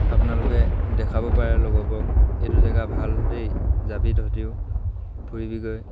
আপোনালোকে দেখাব পাৰে লগৰবোৰক এইটো জেগা ভাল দেই যাবি তহঁতিও ফুৰিবিগৈ